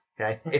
okay